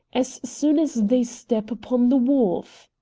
as soon as they step upon the wharf!